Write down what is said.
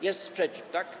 Jest sprzeciw, tak?